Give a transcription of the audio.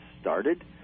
started